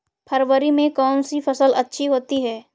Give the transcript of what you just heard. फरवरी में कौन सी फ़सल अच्छी होती है?